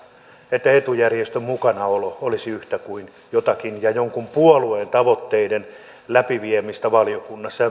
että etujärjestön mukanaolo olisi yhtä kuin jotakin ja jonkun puolueen tavoitteiden läpiviemistä valiokunnassa